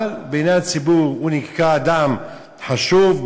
אבל בעיני הציבור הוא נראה אדם חשוב,